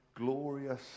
glorious